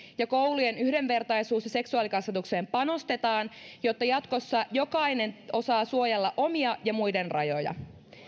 ja koulujen yhdenvertaisuus ja seksuaalikasvatukseen panostetaan jotta jatkossa jokainen osaa suojella omia ja muiden rajoja